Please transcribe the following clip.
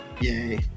yay